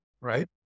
right